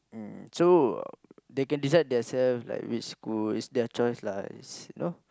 mm so they can decide their selves like which school it's like their choice lah it's know